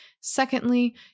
Secondly